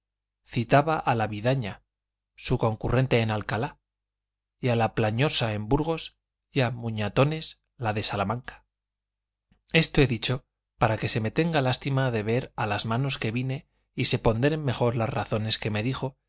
citaba a la vidaña su concurrente en alcalá y a la plañosa en burgos a muñatones la de salamanca esto he dicho para que se me tenga lástima de ver a las manos que vine y se ponderen mejor las razones que me dijo